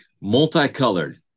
Multicolored